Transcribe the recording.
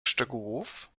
szczegółów